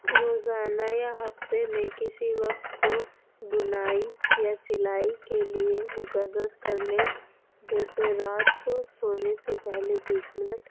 روزانہ یا ہفتے میں کسی وقت کو بنائی یا سلائی کے لیے مقرر کر لیں جیسے رات کو سونے سے پہلے بیس منٹ